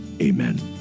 amen